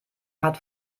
hat